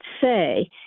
say